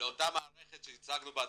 לאותה מערכת שהצגנו בהתחלה,